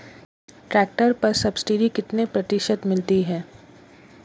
Tractor पर subsidy कितने प्रतिशत मिलती है?